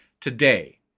today